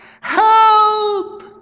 help